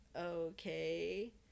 okay